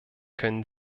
können